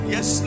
Yes